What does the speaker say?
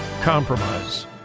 compromise